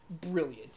brilliant